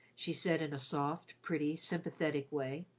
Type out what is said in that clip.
she said in a soft, pretty, sympathetic way.